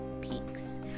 peaks